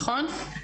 נכון?